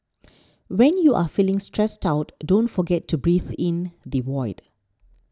when you are feeling stressed out don't forget to breathe into the void